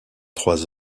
trois